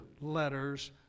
letters